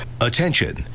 Attention